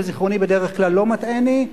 וזיכרוני בדרך כלל אינו מטעני,